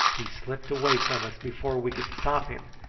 he slipped away from us before we could stop him,